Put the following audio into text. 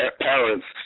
parents